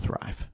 thrive